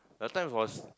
that time was